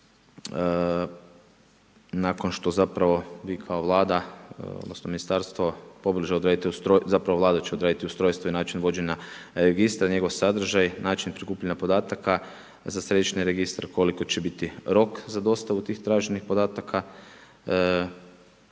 nakon što zapravo vi kao Vlada, odnosno ministarstvo pobliže odredite ustrojstvo, zapravo Vlada će odrediti ustrojstvo i način vođenja registra, njegov sadržaj, način prikupljanja podataka, za središnji registar koliki će biti rok za dostavu tih traženih podataka,